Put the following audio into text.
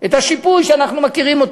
את השיפוי שאנחנו מכירים,